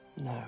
No